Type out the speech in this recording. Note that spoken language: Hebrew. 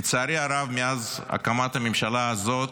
לצערי הרב, מאז הקמת הממשלה הזאת,